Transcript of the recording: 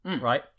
right